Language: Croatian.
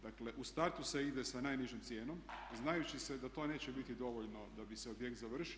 Dakle, u startu se ide sa najnižom cijenom znajući se da to neće biti dovoljno da bi se objekt završio.